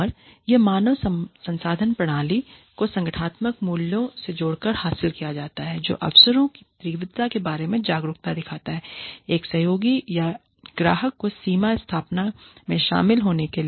और यह मानव संसाधन प्रणाली एचआरएम सिस्टम को संगठनात्मक मूल्यों से जोड़कर हासिल किया जाता है जो अवसरों की तीव्रता के बारे में जागरूकता दिखाता है एक सहयोगी या एक ग्राहक को सीमा स्थापना में शामिल होने के लिए